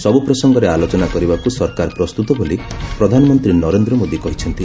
ସବୁ ପ୍ରସଙ୍ଗରେ ଆଲୋଚନା କରିବାକୁ ସରକାର ପ୍ରସ୍ତୁତ ବୋଲି ପ୍ରଧାନମନ୍ତ୍ରୀ ନରେନ୍ଦ୍ର ମୋଦି କହିଚ୍ଚନ୍ତି